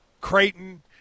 Creighton